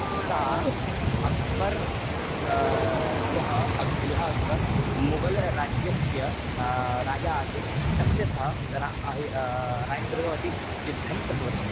सा अग्बर् यः यः अग्बर् मुगलराज्यस्य राजा आसीत् तस्य सह रा इह रान् दुर्गावती युद्धं कृतवती